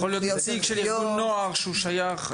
להיות נציג של ארגון נוער שהוא שייך.